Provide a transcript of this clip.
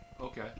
okay